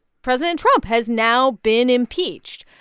president trump has now been impeached.